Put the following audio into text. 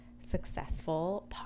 successful